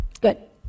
Good